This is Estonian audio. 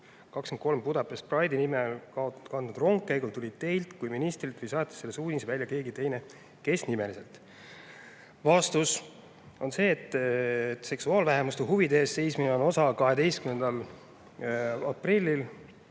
2023 Budapest Pride'i nime kandnud rongkäigul tuli Teilt kui ministrilt või saatis selle suunise välja keegi teine. Kes nimeliselt?" Vastus on see, et seksuaalvähemuste huvide eest seismine on osa 12. aprillil